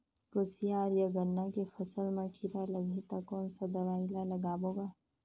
कोशियार या गन्ना के फसल मा कीरा लगही ता कौन सा दवाई ला लगाबो गा?